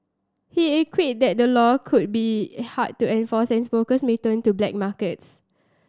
he quipped that the law could be hard to enforces and smokers may turn to black markets